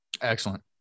Excellent